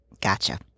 Gotcha